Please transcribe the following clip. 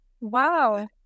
Wow